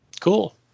Cool